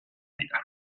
dira